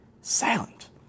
silent